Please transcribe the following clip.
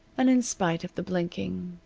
and in spite of the blinking,